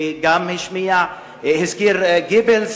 וגם הזכיר את גבלס,